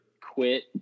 quit